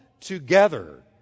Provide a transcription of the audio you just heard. together